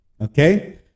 okay